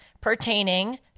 pertaining